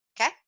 Okay